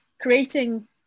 creating